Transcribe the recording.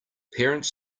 parents